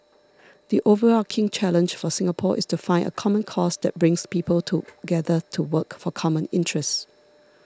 the overarching challenge for Singapore is to find a common cause that brings people together to work for common interests